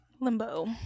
Limbo